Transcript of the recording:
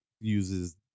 uses